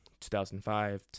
2005